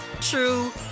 true